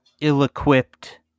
ill-equipped